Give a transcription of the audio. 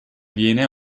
viene